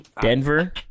Denver